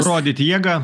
rodyt jėgą